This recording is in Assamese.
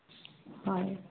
হয়